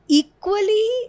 equally